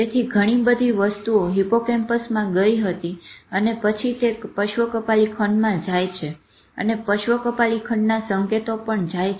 તેથી ઘણી બધી વસ્તુઓ હિપ્પોકેમ્પસમાં ગઈ હતી અને તે પછી પર્શ્વ કપાલી ખંડમાં જાય છે અને પર્શ્વ કપાલી ખંડના સંકેતો પણ જાય છે